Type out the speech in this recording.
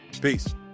Peace